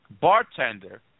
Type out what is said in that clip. bartender